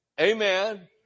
Amen